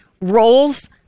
roles